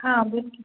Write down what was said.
हां बोल की